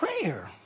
prayer